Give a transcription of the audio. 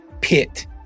pit